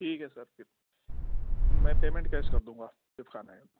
ٹھیک ہے سر پھر میں پیمینٹ کیش کر دوں گا جب کھانا آئے گا تو